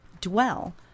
dwell